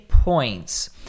points